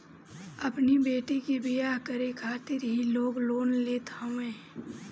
अपनी बेटी के बियाह करे खातिर भी लोग लोन लेत हवे